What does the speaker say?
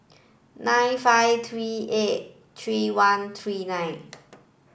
nine five three eight three one three nine